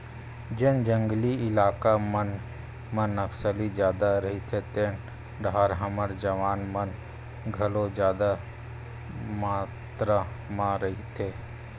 जेन जंगली इलाका मन म नक्सली जादा रहिथे तेन डाहर हमर जवान मन घलो जादा मातरा लगे रहिथे